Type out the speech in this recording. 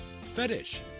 fetish